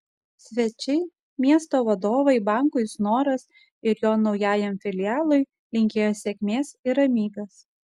svečiai miesto vadovai bankui snoras ir jo naujajam filialui linkėjo sėkmės ir ramybės